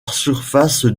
surface